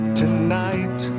tonight